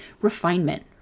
refinement